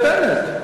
בנט.